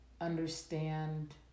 understand